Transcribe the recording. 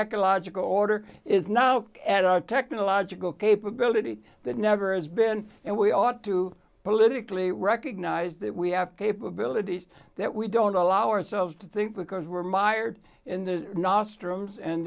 ecological order is now at our technological capability that never has been and we ought to politically recognise that we have capabilities that we don't allow ourselves to think because we're mired in the